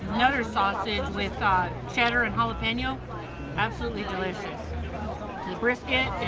another sausage with cheddar and jalapeno absolutely delicious the brisket and.